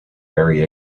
very